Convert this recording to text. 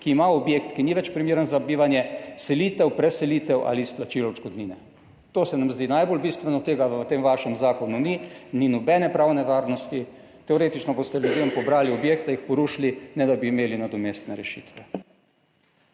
ki ima objekt, ki ni več primeren za bivanje, selitev, preselitev ali izplačilo odškodnine. To se nam zdi najbolj bistveno. Tega v tem vašem zakonu ni, ni nobene pravne varnosti. Teoretično boste ljudem pobrali objekte, jih porušili, ne da bi imeli nadomestne rešitve.